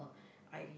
I